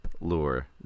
lure